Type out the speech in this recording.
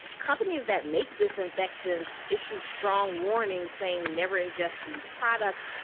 companies that make disinfectants issued strong warnings saying never ingest these products.